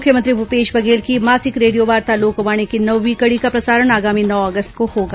मुख्यमंत्री भूपेश बघेल की मासिक रेडियोवार्ता लोकवाणी की नौवीं कड़ी का प्रसारण आगामी नौ अगस्त को होगा